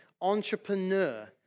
entrepreneur